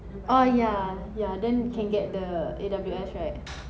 oh ya ya then can get the A_W_S right